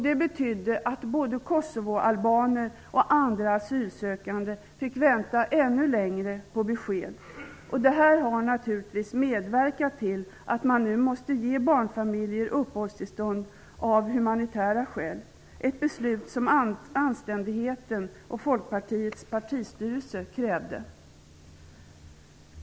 Det betydde att både kosovoalbaner och och andra asylsökande fick vänta ännu längre på besked. Det har naturligtvis medverkat till att man nu måste ge barnfamiljer uppehållstillstånd av humanitära skäl, ett beslut som anständigheten och Folkpartiets partistyrelse krävde.